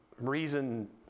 reason